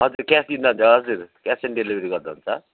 हजुर cash in हजुर cash in delivery गर्दा हुन्छ